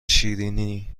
شیریننی